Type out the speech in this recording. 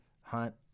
hunt